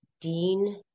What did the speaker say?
dean